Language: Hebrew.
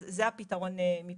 אז זה הפתרון מבחינתנו.